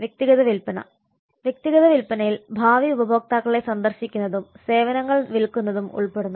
വ്യക്തിഗത വിൽപ്പന വ്യക്തിഗത വിൽപ്പനയിൽ ഭാവി ഉപഭോക്താക്കളെ സന്ദർശിക്കുന്നതും സേവനങ്ങൾ വിൽക്കുന്നതും ഉൾപ്പെടുന്നു